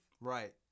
Right